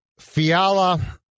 Fiala